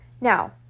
Now